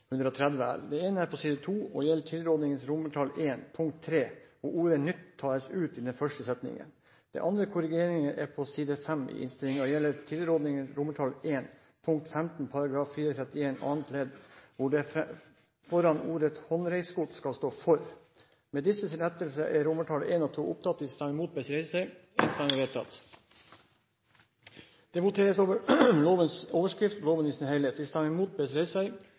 L. Den ene korrigeringen er på side 2 i innstillingen og gjelder tilrådingens I, punkt 3, hvor ordet «nytt» tas ut i den første setningen. Den andre korrigeringen er på side 5 i innstillingen og gjelder tilrådingens I, punkt 15 § 431 annet ledd, hvor det foran ordet «håndreisegods» skal stå «For». Det voteres over lovens overskrift og loven i sin helhet.